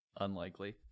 unlikely